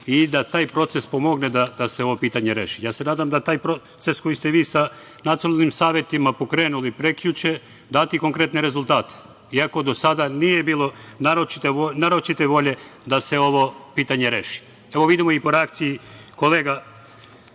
i da taj proces pomogne da se ovo pitanje reši. Ja se nadam da taj proces koji ste vi sa nacionalnim savetima pokrenuli prekjuče dati konkretne rezultate iako do sada nije bilo naročite volje da se ovo pitanje reši. Evo, vidimo i po reakciji kolega